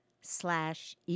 slash